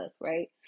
right